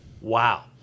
Wow